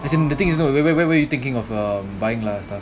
as in the thing is no where where where you thinking of um buying lah